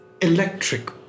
electric